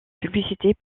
publicités